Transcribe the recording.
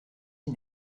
die